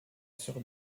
sœur